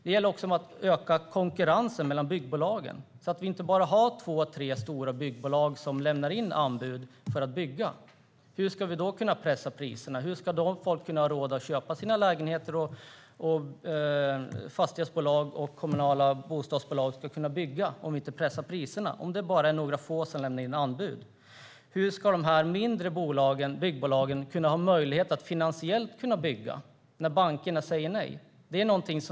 Vi vill också öka konkurrensen mellan byggbolagen så att det inte finns bara två tre stora byggbolag som lämnar in anbud för att bygga. Hur ska vi annars kunna pressa priserna? Hur ska folk annars ha råd att köpa sina lägenheter? Hur ska fastighetsbolag och kommunala bostadsbolag annars kunna bygga, om man inte pressar priserna? Det är ju bara några få bolag som lämnar in anbud. Hur ska de mindre byggbolagen ha möjlighet att finansiera ett byggande när bankerna säger nej?